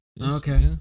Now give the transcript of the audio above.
Okay